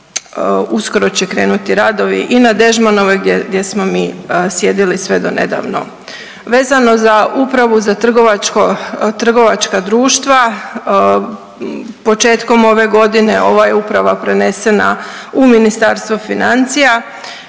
uskoro će krenuti radovi i na Dežmanovoj gdje smo mi sjedili sve do nedavno. Vezano za upravu za trgovačka društva početkom ove godine ova je uprava prenesena u Ministarstvo financija,